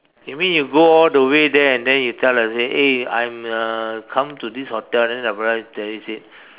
you mean you go all the way there and then you tell let's say eh I'm uh come to this hotel then the tell you say